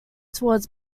towards